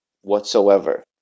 whatsoever